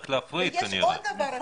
יש עוד דבר.